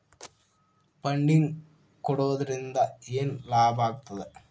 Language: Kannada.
ಫಂಡಿಂಗ್ ಕೊಡೊದ್ರಿಂದಾ ಏನ್ ಲಾಭಾಗ್ತದ?